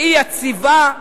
שהיא יציבה,